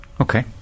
Okay